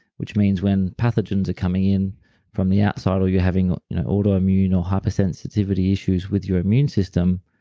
which means when pathogens are coming in from the outside or you're having autoimmune or hypersensitivity issues with your immune system,